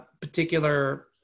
particular